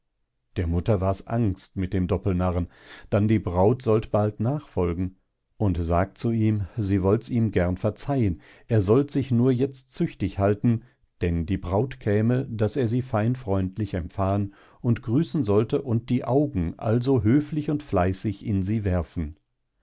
der mutter wars angst mit dem doppelnarren dann die braut sollt bald nachfolgen und sagt zu ihm sie wollts ihm gern verzeihen er sollt sich nur jetzt züchtig halten denn die braut käme daß er sie fein freundlich empfahen und grüßen sollte und die augen also höflich und fleißig in sie werfen